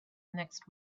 next